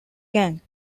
gang